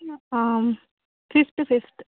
fifth fifth